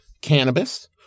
cannabis